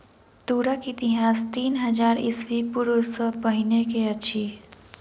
तूरक इतिहास तीन हजार ईस्वी पूर्व सॅ पहिने के अछि